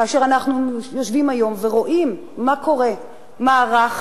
כאשר אנחנו יושבים היום ורואים מה קורה: מערך